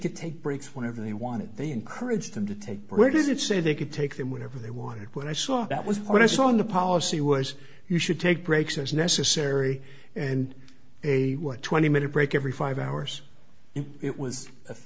could take breaks whenever they wanted they encourage them to take where does it say they could take them whatever they wanted when i saw that was what i saw in the policy was you should take breaks as necessary and a twenty minute break every five hours and it was if